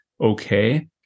okay